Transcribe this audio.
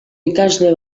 ikasle